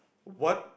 what